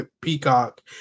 Peacock